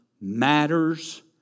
matters